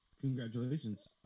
congratulations